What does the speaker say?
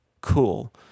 cool